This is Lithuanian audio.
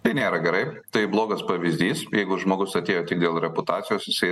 tai nėra gerai tai blogas pavyzdys jeigu žmogus atėjo tik dėl reputacijos jisai